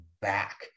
back